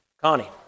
Connie